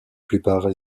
plupart